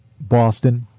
Boston